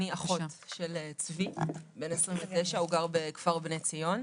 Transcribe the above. אני אחות של צבי, בן 29. הוא גר בכפר "בני ציון"